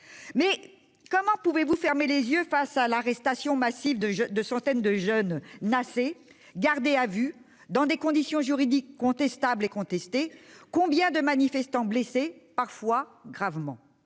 vrai ! Comment pouvez-vous fermer les yeux face à l'arrestation massive de centaines de jeunes « nassés », gardés à vue, dans des conditions juridiques contestables et contestées ? Combien de manifestants ont été blessés, parfois gravement ?